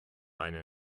eine